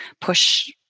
push